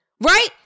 right